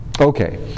Okay